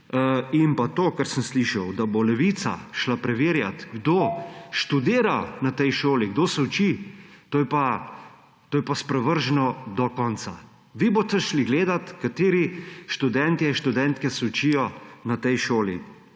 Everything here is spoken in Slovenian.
In to, kar sem slišal, da bo Levica šla preverjat, kdo študira na tej šoli, kdo se uči, to je pa sprevrženo do konca. Vi boste šli gledat, kateri študentje in študentke se učijo na tej šoli?